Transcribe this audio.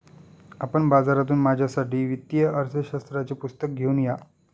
आपण बाजारातून माझ्यासाठी वित्तीय अर्थशास्त्राचे पुस्तक घेऊन या